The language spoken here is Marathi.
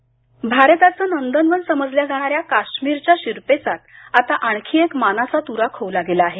काश्मीर केशर भारताचं नंदनवन समजल्या जाणाऱ्या काश्मीरच्या शिरपेचात आता आणखी एक मानाचा तुरा खोवला गेला आहे